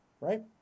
right